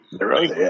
Right